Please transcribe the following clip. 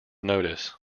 notice